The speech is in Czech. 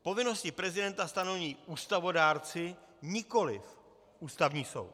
Povinnosti prezidenta stanoví ústavodárci, nikoliv Ústavní soud.